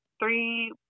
three